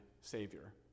Savior